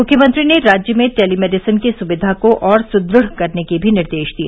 मुख्यमंत्री ने राज्य में टेलीमेडिसिन की सुविधा को और सुदृढ़ करने के भी निर्देश दिए